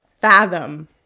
fathom